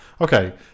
okay